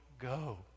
go